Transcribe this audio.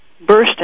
bursting